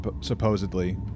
supposedly